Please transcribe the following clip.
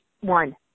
one